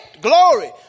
Glory